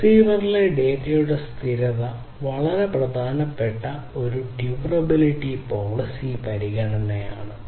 റിസീവറിലെ ഡാറ്റയുടെ സ്ഥിരത വളരെ പ്രധാനപ്പെട്ട ഒരു ഡ്യൂറബിലിറ്റി പോളിസി പരിഗണനയാണ്